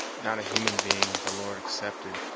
not a human being, the lord excepted,